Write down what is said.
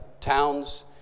towns